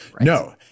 No